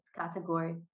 category